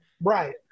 Right